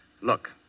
Look